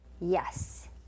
Yes